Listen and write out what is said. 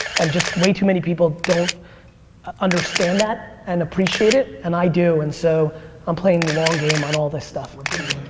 and just way too many people don't understand that and appreciate it and i do and so i'm playing the long game on all this stuff. we're pretty